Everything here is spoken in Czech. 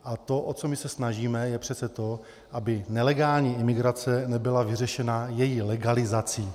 A to, o co my se snažíme, je přece to, aby nelegální imigrace nebyla vyřešena její legalizací.